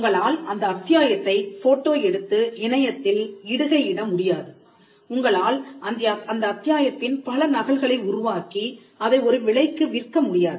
உங்களால் அந்த அத்தியாயத்தை போட்டோ எடுத்து இணையத்தில் இடுகையிட முடியாது உங்களால் அந்த அத்தியாயத்தின் பல நகல்களை உருவாக்கி அதை ஒரு விலைக்கு விற்க முடியாது